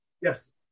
Yes